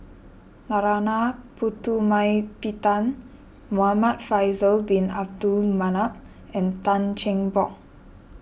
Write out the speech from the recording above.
Narana Putumaippittan Muhamad Faisal Bin Abdul Manap and Tan Cheng Bock